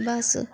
बस